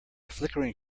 flickering